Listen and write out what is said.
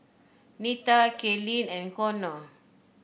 Nita Kaylynn and Konnor